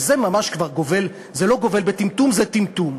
וזה ממש כבר גובל, זה לא גובל בטמטום, זה טמטום,